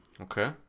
Okay